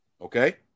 okay